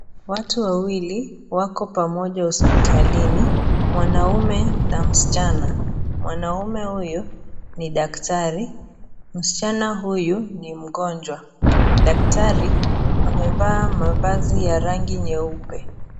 Watu wawili wako pamoja hospitalini, mwanaume na msichana. Mwanaume huyu ni daktari, msichana huyu ni mgonjwa. Daktari amevaa mavazi ya rangi nyeupe.